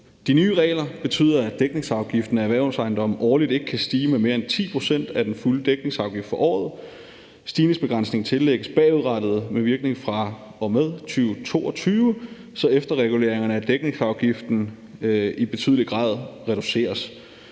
De nye regler betyder, at dækningsafgiften af erhvervsejendomme årligt ikke kan stige med mere end 10 pct. af den fulde dækningsafgift for året. Stigningsbegrænsningen tillægges bagudrettet med virkning fra og med 2022, så efterreguleringerne af dækningsafgiften i betydelig grad reduceres.